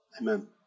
amen